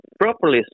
Propolis